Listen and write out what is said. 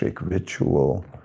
ritual